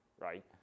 right